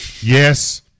Yes